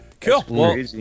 cool